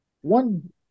one